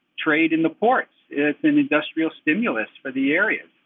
trade in the ports it's an industrial stimulus for the area.